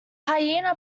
hyena